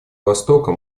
востока